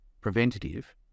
preventative